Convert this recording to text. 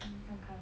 看看